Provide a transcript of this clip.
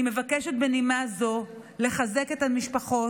אני מבקשת בנימה זו לחזק את המשפחות,